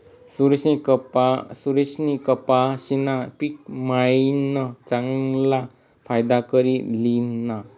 सुरेशनी कपाशीना पिक मायीन चांगला फायदा करी ल्हिना